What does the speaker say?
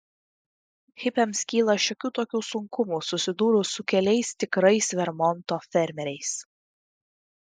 hipiams kyla šiokių tokių sunkumų susidūrus su keliais tikrais vermonto fermeriais